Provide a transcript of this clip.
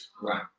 Right